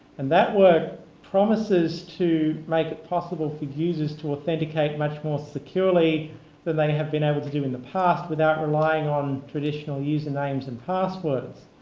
and that work promises to make it possible for uses to authenticate much more securely than they have been able to do in the past without relying on traditional user names and passwords.